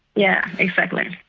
yeah exactly.